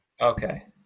Okay